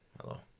Hello